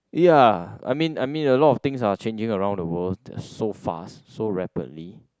ya I mean I mean a lot of things are changing around the world that's so fast so rapidly